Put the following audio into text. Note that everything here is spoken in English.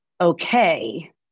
okay